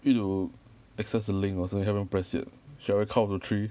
need to access the link or something haven't press yet shall we count to three